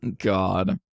god